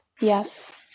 Yes